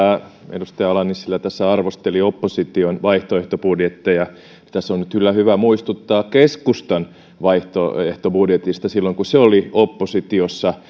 edustaja ala nissilä tässä arvosteli opposition vaihtoehtobudjetteja tässä on nyt kyllä hyvä muistuttaa keskustan vaihtoehtobudjetista silloin kun se oli oppositiossa